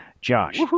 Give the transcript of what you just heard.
Josh